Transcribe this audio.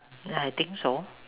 ya I think so